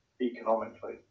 economically